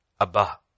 Abba